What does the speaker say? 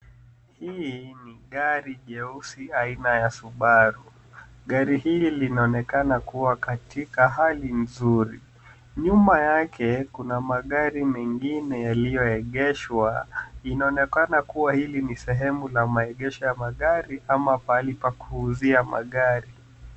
Hii ni gari jeusi aina ya subaru. Gari hili linaonekana kuwa katika hali nzuri. Nyuma yake kuna magari mengine yaliyoegeshwa. Inaonekana kuwa hili ni sehemu la maegesho ya magari ama pahali pa kuuzia magari.